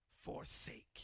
forsake